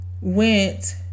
went